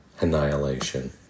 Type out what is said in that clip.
annihilation